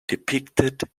depicted